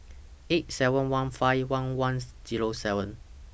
eight seven one five one one Zero seven